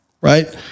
right